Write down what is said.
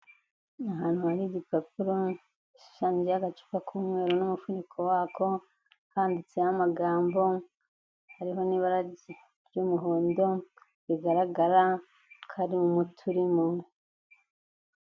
Ahantu hari igipapuro gishushanyijeho agacupa k'umweru n'umufuniko wako, handitseho amagambo hariho n'ibara ry'umuhondo rigaragara kari umuti urimo.